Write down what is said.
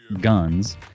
guns